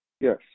Yes